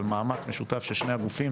על מאמץ משותף של שני הגופים,